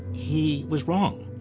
he was wrong.